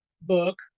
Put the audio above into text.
book